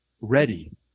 ready